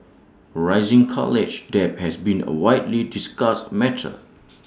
rising college debt has been A widely discussed matter